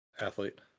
athlete